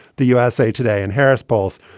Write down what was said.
the usa today and harris polls,